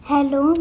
Hello